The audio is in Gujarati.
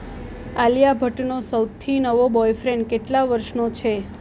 આલિયા ભટ્ટનો સૌથી નવો બોયફ્રેન્ડ કેટલાં વર્ષનો છે